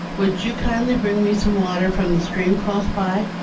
would you kindly bring me some water from the stream close by?